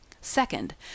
Second